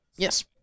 Yes